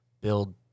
build